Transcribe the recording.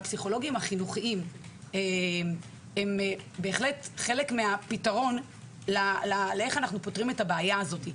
הפסיכולוגים החינוכיים הם בהחלט חלק מהפתרון של הבעיה הזו.